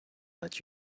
let